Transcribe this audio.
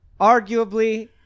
arguably